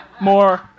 more